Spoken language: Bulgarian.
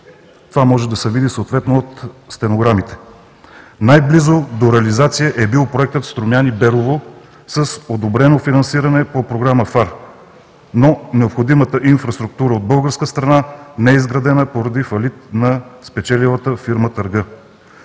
Това може да се види съответно от стенограмите. Най-близо до реализация е бил проектът „Струмяни – Берово“ с одобрено финансиране по Програма ФАР, но необходимата инфраструктура от българска страна не е изградена поради фалит на спечелилата фирма търга.